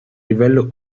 livello